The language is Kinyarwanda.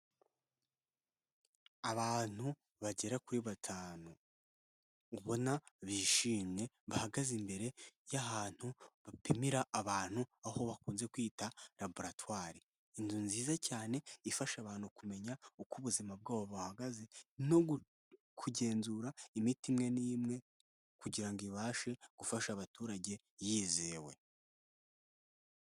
Abantu bagera kuri batanu ubona bishimye bahagaze imbere y'ahantu bapimira abantu aho bakunze kwita laboratwari, inzu nziza cyane ifasha abantu kumenya uko ubuzima bwabo buhagaze no kugenzura imiti imwe n'imwe kugira ngo ibashe gufasha abaturage yizewe.